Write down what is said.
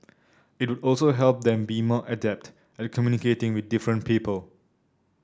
it would also help them be more adept at communicating with different people